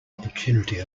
opportunity